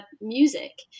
music